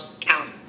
count